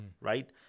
right